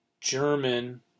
German